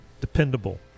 dependable